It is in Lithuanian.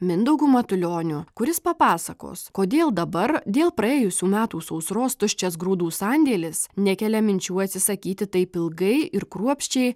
mindaugu matulioniu kuris papasakos kodėl dabar dėl praėjusių metų sausros tuščias grūdų sandėlis nekelia minčių atsisakyti taip ilgai ir kruopščiai